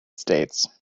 states